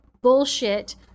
bullshit